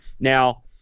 Now